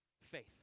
faith